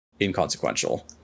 inconsequential